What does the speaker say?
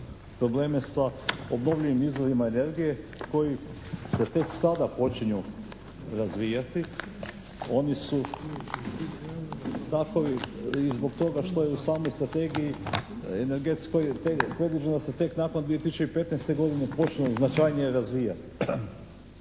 probleme sa obnovljivim izvorima energije koji se tek sada počinju razvijati. Oni su takovi i zbog toga što je u samoj strategiji energetskoj …/Govornik se ne razumije./… se tek nakon 2015. godine počinju značajnije razvijati.